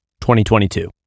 2022